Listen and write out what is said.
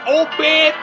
open